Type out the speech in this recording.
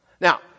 Now